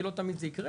כי לא תמיד זה יקרה,